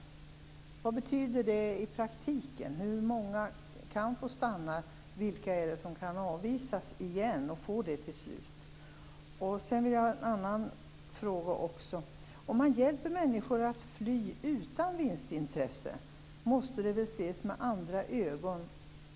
Vad betyder det i praktiken? Hur många kan få stanna? Vilka är det som kan avvisas igen och som får nej till slut? Sedan vill jag ställa en annan fråga: Om man hjälper människor att fly utan att ha något vinstintresse måste det väl ses med andra ögon?